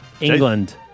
England